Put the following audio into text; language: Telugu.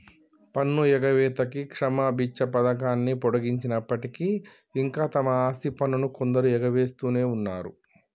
పన్ను ఎగవేతకి క్షమబిచ్చ పథకాన్ని పొడిగించినప్పటికీ ఇంకా తమ ఆస్తి పన్నును కొందరు ఎగవేస్తునే ఉన్నరు